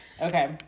Okay